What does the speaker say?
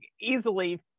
easily